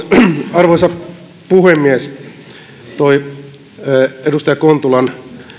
arvoisa puhemies tuo edustaja kontulan